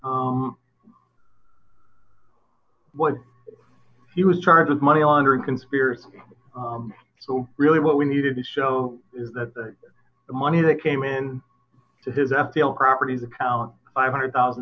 what he was charged with money laundering conspiracy so really what we needed to show is that the money that came in to his f t l properties account five hundred thousand